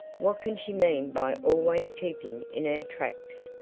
what can she mean by always keeping in our tracks?